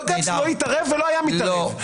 בג"ץ לא התערב ולא היה מתערב.